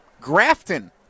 Grafton